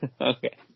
Okay